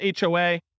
HOA